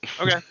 Okay